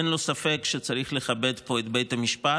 אין לו ספק שצריך לכבד פה את בית המשפט,